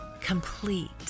Complete